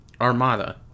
armada